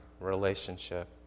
relationship